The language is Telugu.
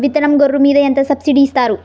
విత్తనం గొర్రు మీద ఎంత సబ్సిడీ ఇస్తారు?